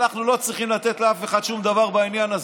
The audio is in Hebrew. אנחנו לא צריכים לתת לאף אחד שום דבר בעניין הזה.